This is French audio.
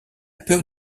peur